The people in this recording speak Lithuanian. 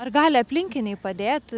ar gali aplinkiniai padėti